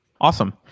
Awesome